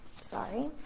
Sorry